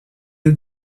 est